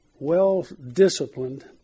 well-disciplined